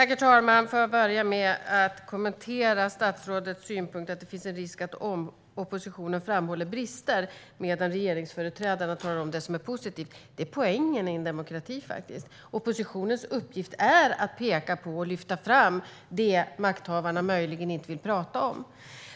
Herr talman! Får jag börja med att kommentera statsrådets synpunkt att det finns en risk att oppositionen framhåller brister medan regeringsföreträdarna talar om det som är positivt? Det är faktiskt poängen i en demokrati. Oppositionens uppgift är att peka på och lyfta fram det makthavarna möjligen inte vill prata om.